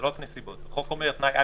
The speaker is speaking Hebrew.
זו הכוונה.